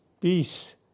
peace